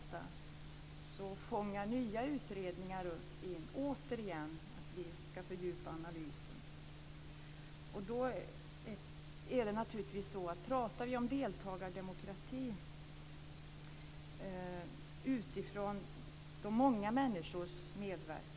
Utredningen ska alltså lämna ett antal konkreta förslag. Det är uppgiften. Sedan genomför vi också saker.